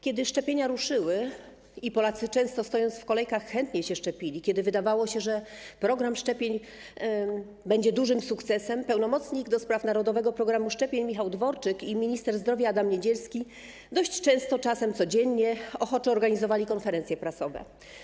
Kiedy szczepienia ruszyły i Polacy, często stojąc w kolejkach, chętnie się szczepili, kiedy wydawało się, że program szczepień będzie dużym sukcesem, pełnomocnik do spraw narodowego programu szczepień Michał Dworczyk i minister zdrowia Adam Niedzielski dość często, czasem codziennie, ochoczo organizowali konferencje prasowe.